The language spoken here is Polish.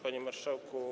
Panie Marszałku!